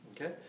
okay